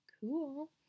cool